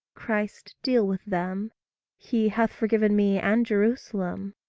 christ deal with them he hath forgiven me and jerusalem.